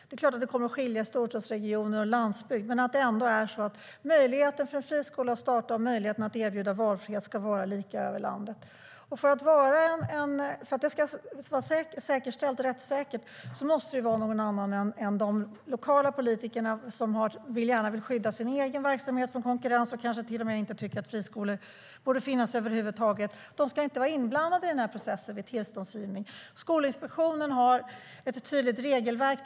Det är klart att det kommer att skilja sig åt i storstadsregioner och på landsbygden, men möjligheten för en friskola att starta och möjligheten att erbjuda valfrihet ska ändå vara lika över landet. För att det ska vara rättssäkert ska de lokala politikerna, som gärna vill skydda sin egen verksamhet från konkurrens och som kanske till och med tycker att friskolor inte borde finnas över huvud taget, inte vara inblandade i den här processen vid tillståndsgivning. Skolinspektionen har ett tydligt regelverk.